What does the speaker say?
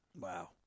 Wow